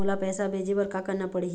मोला पैसा भेजे बर का करना पड़ही?